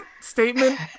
statement